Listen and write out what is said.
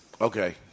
Okay